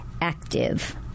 Active